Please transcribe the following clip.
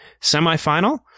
semifinal